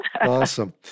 Awesome